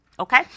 Okay